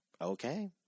okay